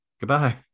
goodbye